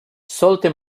sollte